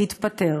התפטר."